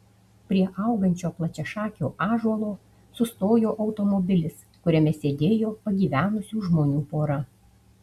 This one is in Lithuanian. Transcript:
prie augančio plačiašakio ąžuolo sustojo automobilis kuriame sėdėjo pagyvenusių žmonių pora